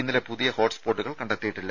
ഇന്നലെ പുതിയ ഹോട്സ്പോട്ടുകൾ കണ്ടെത്തിയിട്ടില്ല